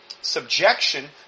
subjection